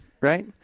right